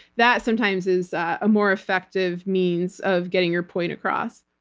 that sometimes is a more effective means of getting your point across.